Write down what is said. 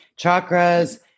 chakras